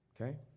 okay